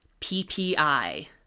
PPI